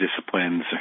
disciplines